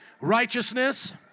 righteousness